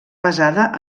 basada